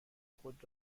خود